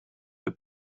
der